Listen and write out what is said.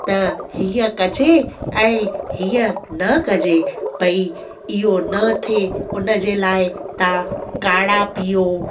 त हीअ कजे ऐं हीअ न कजे भई इहो न थिए हुन जे लाइ तव्हां काड़ा पीओ